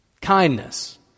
kindness